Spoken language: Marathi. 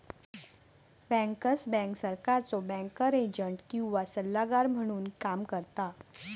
बँकर्स बँक सरकारचो बँकर एजंट किंवा सल्लागार म्हणून काम करता